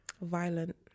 Violent